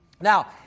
Now